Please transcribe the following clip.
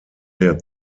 der